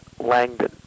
Langdon